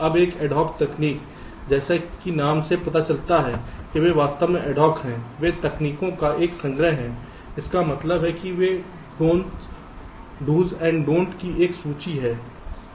अब ad hoc तकनीक जैसा कि नाम से पता चलता है कि वे वास्तव में एड हॉक हैं वे तकनीकों का एक संग्रह हैं इसका मतलब है कि do's and don'ts do's and dont's की एक लंबी सूची